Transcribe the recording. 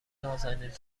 نــازنین